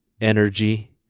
energy